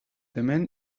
hemen